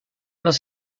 los